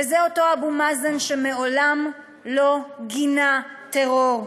וזה אותו אבו מאזן שמעולם לא גינה טרור.